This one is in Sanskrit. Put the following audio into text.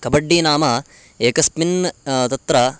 कबड्डी नाम एकस्मिन् तत्र